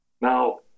Now